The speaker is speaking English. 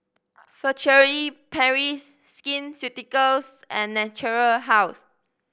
Furtere Paris Skin Ceuticals and Natura House